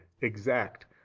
exact